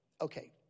Okay